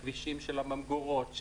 הכבישים של הממגורות,